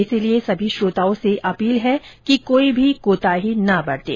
इसलिए सभी श्रोताओं से अपील है कि कोई भी कोताही न बरतें